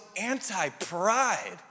anti-pride